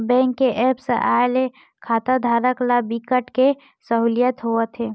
bank के apps आए ले खाताधारक ल बिकट के सहूलियत होवत हे